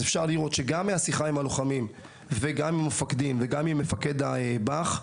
אפשר לראות מהשיחה עם הלוחמים ועם המפקדים וגם עם מפקד הבא"ח,